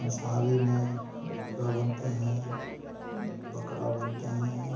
मांसहारी में मुर्गा बनते हैं बकरा बनते हैं